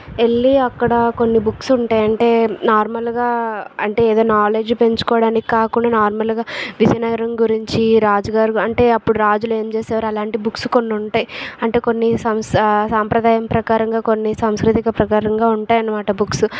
వెళ్లి అక్కడ కొన్ని బుక్స్ ఉంటాయి అంటే నార్మల్గా అంటే ఏదో నాలెడ్జ్ పెంచుకోవడానికి కాకుండా నార్మల్గా విజయనగరం గురించి రాజు గారు అంటే అప్పుడు రాజులు ఏం చేసేవారు అని అలాంటి బుక్స్ కొన్ని ఉంటాయి అంటే కొన్ని సంవత్సరాలు సంప్రదాయాల ప్రకారంగా కొన్ని సాంస్కృతిక ప్రకారంగా ఉంటాయి అన్నమాట